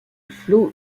flot